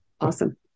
Awesome